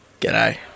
G'day